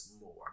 more